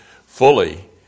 fully